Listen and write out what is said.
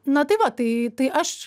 na tai va tai tai aš